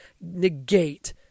negate